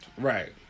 right